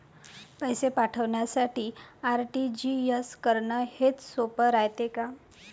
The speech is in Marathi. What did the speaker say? पैसे पाठवासाठी आर.टी.जी.एस करन हेच सोप रायते का?